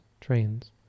trains